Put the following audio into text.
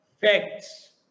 facts